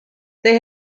they